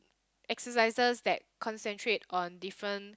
exercises that concentrate on different